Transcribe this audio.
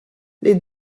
les